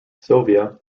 sylvia